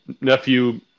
nephew